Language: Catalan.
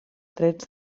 trets